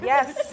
Yes